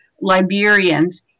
Liberians